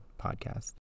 Podcast